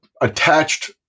attached